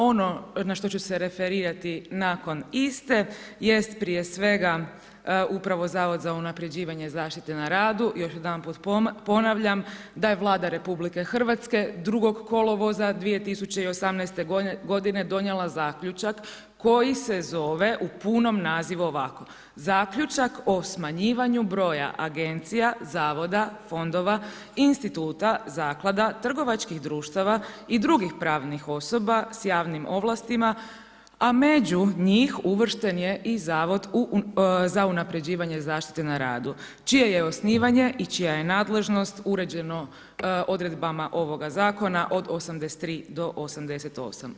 Ono na što ću se referirati nakon iste jest prije svega upravo zavod za unapređivanje zaštite na radu, još jedanput ponavljam da je Vlada RH 2. kolovoza 2018. godine donijela zaključak koji se zove u punom nazivu ovako: Zaključak o smanjivanju broja agencija, zavoda, fondova, instituta, zaklada, trgovačkih društava i drugih pravnih osoba s javnim ovlastima, a među njih uvršten je i Zavod za unapređivanje zaštite na radu čije je osnivanje i čija je nadležnost uređeno odredbama ovoga zakona od 83 do 88.